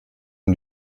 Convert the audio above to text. und